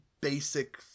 basic